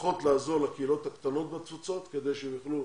לפחות לעזור לקהילות הקטנות בתפוצות כדי שיוכלו